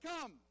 come